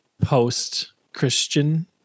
post-Christian